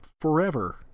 forever